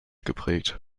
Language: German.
geprägt